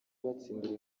batsindira